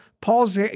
Paul's